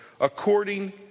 according